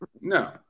No